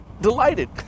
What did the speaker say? delighted